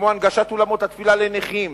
כמו הנגשת אולמות התפילה לנכים,